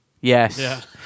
Yes